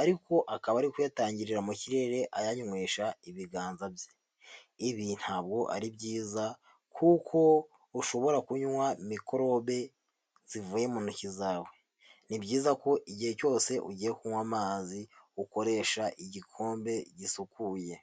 ariko akaba ari kuyatangirira mu kirere ayanywesha ibiganza bye, ibi ntabwo ari byiza kuko ushobora kunywa mikorobe zivuye mu ntoki zawe, ni byiza ko igihe cyose ugiye kunywa amazi ukoresha igikombe gisukuye.